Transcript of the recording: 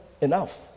enough